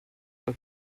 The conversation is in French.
pas